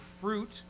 fruit